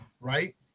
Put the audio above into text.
Right